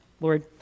Lord